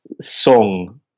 song